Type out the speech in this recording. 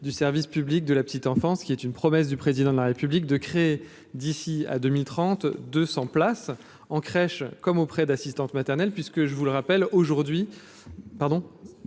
du service public de la petite enfance, qui est une promesse du président de la République de créer d'ici à 2030 200 places en crèche comme auprès d'assistante maternelle, puisque je vous le rappelle aujourd'hui,